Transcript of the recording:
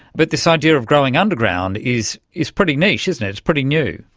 but this idea of growing underground is is pretty niche, isn't it, it's pretty new.